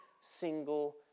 single